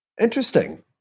Interesting